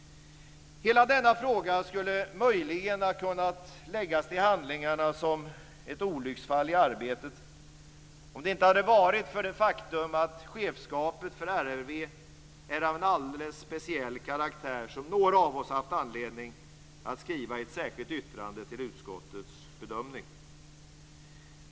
Hela denna fråga skulle möjligen ha kunnat läggas till handlingarna som ett olycksfall i arbetet om det inte hade varit för det faktum att chefskapet för RRV är av en alldeles speciell karaktär, som några av oss har haft anledning att skriva i ett särskilt yttrande till utskottets bedömning.